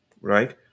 Right